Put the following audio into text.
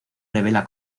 revela